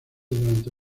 durante